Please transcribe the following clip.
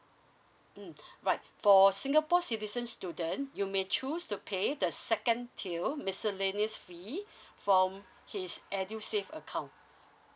mm right for singapore citizen student you may choose to pay the second tier miscellaneous fee from his edusave account